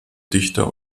dichter